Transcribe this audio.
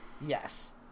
Yes